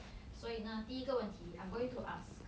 所以呢第一个问题 I'm going to ask